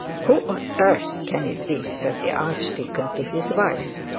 who on earth can it be said the archdeacon to his wife.